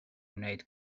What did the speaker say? wneud